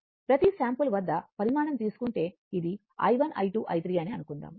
ప్రతి శాంపుల్ వద్ద పరిమాణం తీసుకుంటే ఇది i1 I2 i3 అని అనుకుందాం